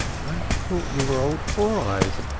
i thought you were old four-eyes,